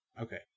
Okay